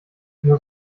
nur